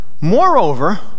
moreover